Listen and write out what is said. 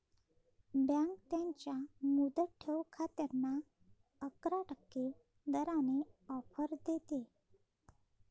bank त्यांच्या मुदत ठेव खात्यांना अकरा टक्के दराने ऑफर देते